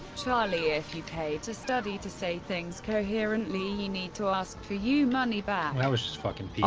charlie if you pay to study to say things coherently you need to ask for you money back. i was just fucking